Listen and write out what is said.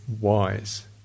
wise